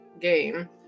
game